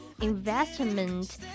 investment